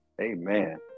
Amen